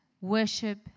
worship